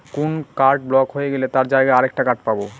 কোন card block হয়ে গেলে তার জায়গায় আর একটা কার্ড পাবো